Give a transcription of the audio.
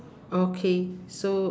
okay so